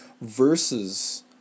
versus